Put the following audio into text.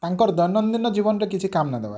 ତାଙ୍କର ଦୈନିଦିନ ଜୀବନରେ କିଛି କାମ୍ ନା ଦବାର୍